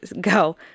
go